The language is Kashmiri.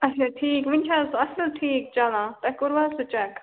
اَچھا ٹھیٖک وُنہِ چھ حظ سُہ اَصٕل ٹھیٖک چَلان تۄہہِ کوٚروٕ حظ سُہ چیک